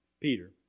Peter